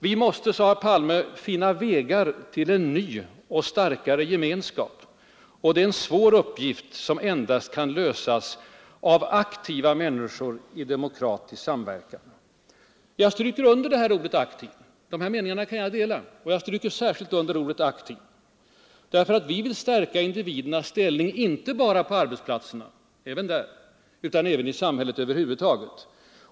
Vi måste, sade herr Palme, finna vägar till en ny och starkare gemenskap, och det är en svår uppgift som endast kan lösas av aktiva människor i demokratisk samverkan. De här meningarna kan jag instämma i, och jag stryker särskilt under ordet aktiv, därför att vi vill stärka individernas ställning inte bara på arbetsplatserna — även där — utan i samhället över huvud taget.